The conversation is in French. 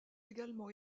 également